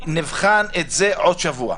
שנבחן את זה עוד שבוע.